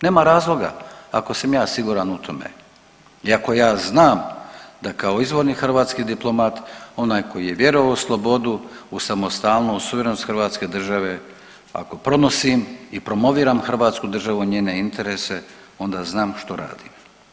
Nema razloga ako sam ja siguran u tome i ako ja znam da kao izvorni hrvatski diplomat, onaj koji je vjerovao u slobodu, u samostalnost, suverenost hrvatske države, ako pronosim i promoviram hrvatsku državu i njene interese, onda znam što radim.